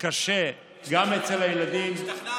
קשה גם אצל הילדים, השתכנענו.